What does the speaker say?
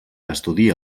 estudia